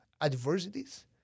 adversities